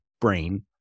Brain